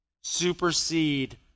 supersede